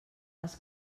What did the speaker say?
els